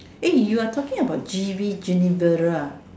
eh you are talking about G V ginigerah